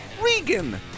Regan